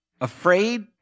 afraid